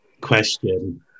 question